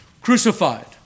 Crucified